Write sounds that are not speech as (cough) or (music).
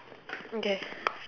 (noise) okay (noise)